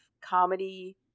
comedy